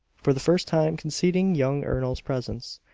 for the first time conceding young ernol's presence,